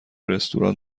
رستوران